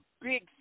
big